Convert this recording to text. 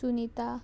Sunita